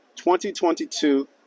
2022